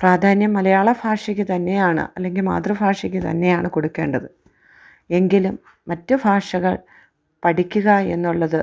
പ്രാധാന്യം മലയാള ഭാഷയ്ക്ക് തന്നെയാണ് അല്ലെങ്കിൽ മാതൃഭാഷയ്ക്ക് തന്നെയാണ് കൊടുക്കേണ്ടത് എങ്കിലും മറ്റു ഭാഷകൾ പഠിക്കുക എന്നുള്ളത്